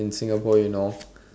in Singapore you know